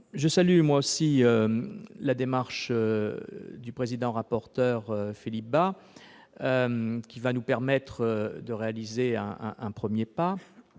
Je salue à mon tour la démarche du rapporteur Philippe Bas, qui va nous permettre de réaliser un premier pas,